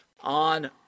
on